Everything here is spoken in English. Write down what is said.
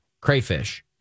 crayfish